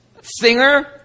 singer